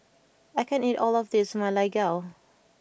I can't eat all of this Ma Lai Gao